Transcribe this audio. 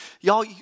y'all